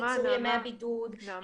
קיצור ימי הבידוד -- נעמה,